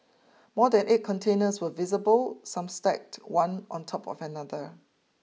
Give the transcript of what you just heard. more than eight containers were visible some stacked one on top of another